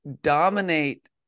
dominate